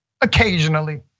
occasionally